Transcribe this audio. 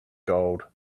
gold